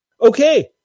okay